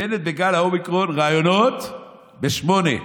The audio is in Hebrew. בנט בגל האומיקרון, ראיונות ב-20:00.